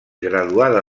graduada